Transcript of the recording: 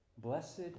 Blessed